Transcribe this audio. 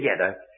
together